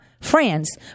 france